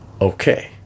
Okay